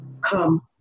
come